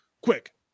quick